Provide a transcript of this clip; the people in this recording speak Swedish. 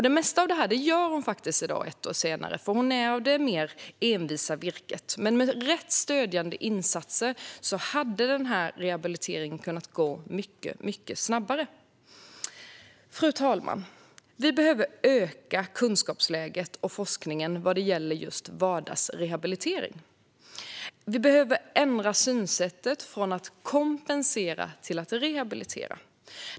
Det mesta av detta gör hon faktiskt i dag ett år senare, för hon är av det mer envisa virket. Men med rätt, stödjande insatser hade denna rehabilitering kunnat gå mycket snabbare. Fru talman! Vi behöver öka kunskapsläget och forskningen vad gäller vardagsrehabilitering. Vi behöver ändra synsätt från att kompensera till att rehabilitera.